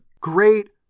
Great